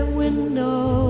window